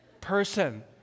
person